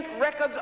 records